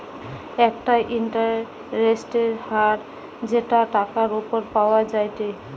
একটা ইন্টারেস্টের হার যেটা টাকার উপর পাওয়া যায়টে